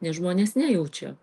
nes žmonės nejaučia